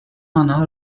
آنها